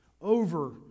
over